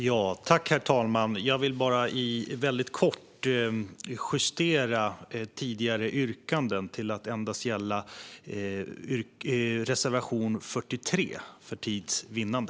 Herr talman! Jag vill för tids vinnande justera tidigare yrkanden till att endast gälla reservation 43.